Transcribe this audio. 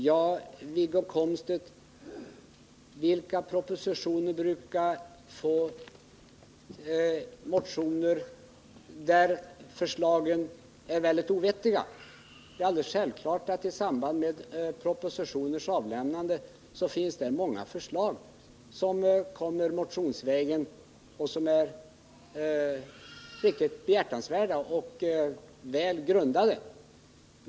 Ja, Wiggo Komstedt, vilka propositioner brukar föranleda motionsförslag som inte är vettiga? Det är alldeles självklart att det i samband med propositioners avlämnande framförs många förslag motionsvägen som är behjärtansvärda och väl grundade.